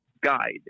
guide